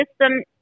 system